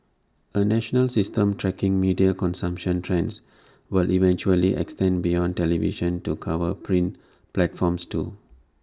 A national system tracking media consumption trends will eventually extend beyond television to cover print platforms too